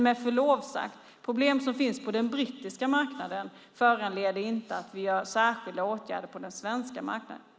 Med förlov sagt: Problem som finns på den brittiska marknaden föranleder inte att vi vidtar särskilda åtgärder på den svenska marknaden.